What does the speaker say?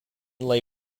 lay